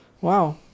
wow